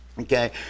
Okay